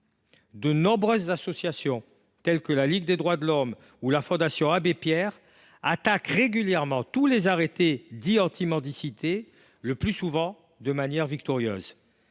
De nombreuses associations, telles la Ligue des droits de l’Homme et la Fondation Abbé Pierre, attaquent régulièrement les arrêtés dits anti mendicité, le plus souvent de manière victorieuse.